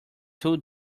too